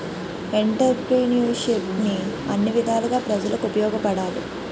ఎంటర్ప్రిన్యూర్షిప్ను అన్ని విధాలుగా ప్రజలకు ఉపయోగపడాలి